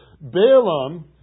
Balaam